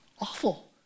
awful